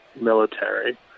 military